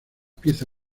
pieza